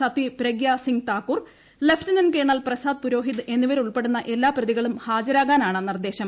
Sadhvi Pragya Singh Thakur lieutenant colonel Prasad Purohit എന്നിവരുൾപ്പെടുന്ന എല്ലാ പ്രതികളും ഹാജരാകാനാണ് നിർദ്ദേശം